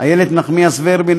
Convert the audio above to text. איילת נחמיאס ורבין,